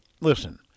listen